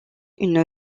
une